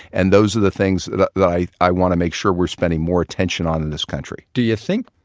and those are the things that i i want to make sure we're spending more attention on in this country do you think,